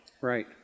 Right